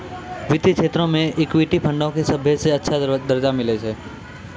वित्तीय क्षेत्रो मे इक्विटी फंडो के सभ्भे से अच्छा दरजा मिललो छै